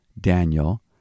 Daniel